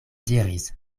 diris